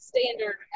standard